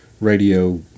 radio